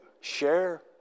share